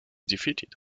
defeated